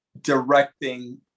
directing